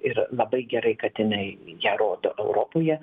ir labai gerai kad jinai ją rodo europoje